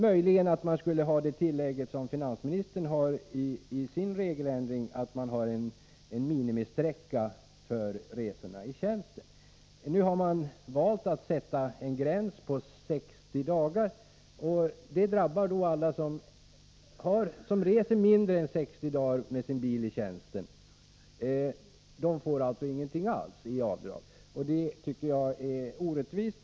Möjligen kunde man göra det tillägg till reglerna som finansministern anger i sitt ändringsförslag, nämligen att resorna i tjänsten skall omfatta en viss minimisträcka. Nu har man valt att sätta gränsen vid 60 dagar. Detta drabbar alla som reser med sin bil mindre än 60 dagar i tjänsten. De får inte något avdrag alls. Det tycker jag är orättvist.